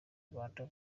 rwanda